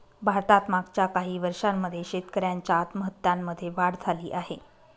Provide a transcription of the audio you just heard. भारतात मागच्या काही वर्षांमध्ये शेतकऱ्यांच्या आत्महत्यांमध्ये वाढ झाली आहे